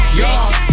y'all